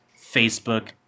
Facebook